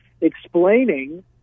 explaining